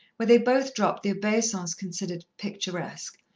where they both dropped the obeisance considered picturesque,